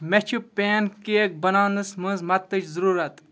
مےٚ چھِ pancake بَناونس منٛز مدتٕچ ضروٗرت